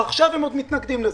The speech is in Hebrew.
ועכשיו הם עוד מתנגדים לזה.